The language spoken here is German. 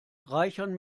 reichern